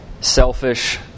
selfish